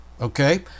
Okay